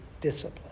discipline